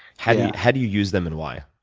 how do how do you use them and why?